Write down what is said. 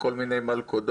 מכל מיני מלכודות,